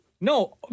no